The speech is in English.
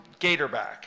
Gatorback